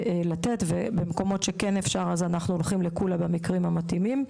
ובמקומות שכן אפשר אנחנו הולכים --- במקרים המתאימים.